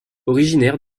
originaire